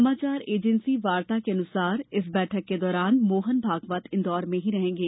समाचार एजेंसी वार्ता के अनुसार इस बैठक के दौरान मोहन भागवत इंदौर में ही रहेंगे